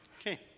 Okay